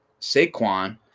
Saquon